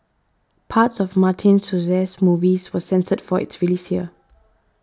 parts of Martin Scorsese's movie was censored for its release here